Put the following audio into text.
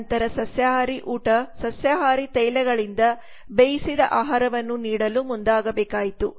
ನಂತರ ಸಸ್ಯಾಹಾರಿ ಊಟ ಸಸ್ಯಾಹಾರಿ ತೈಲಗಳಿಂದ ಬೇಯಿಸಿದ ಆಹಾರವನ್ನು ನೀಡಲು ಮುಂದಾಗಬೇಕಾಯಿತು